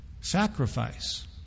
sacrifice